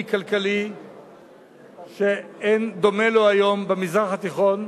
כלכלי שאין דומה לו היום במזרח התיכון,